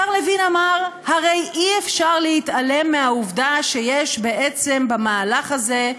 השר לוין אמר: הרי אי-אפשר להתעלם מהעובדה שיש בעצם במהלך הזה,